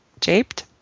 Japed